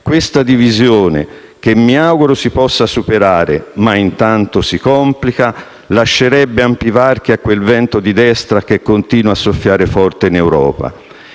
Questa divisione, che mi auguro si possa superare, ma intanto si complica, lascerebbe ampi varchi a quel vento di destra che continua a soffiare forte in Europa.